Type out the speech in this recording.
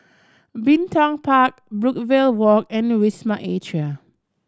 Bin Tong Park Brookvale Walk and Wisma Atria